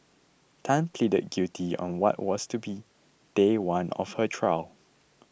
tan pleaded guilty on what was to be day one of her trial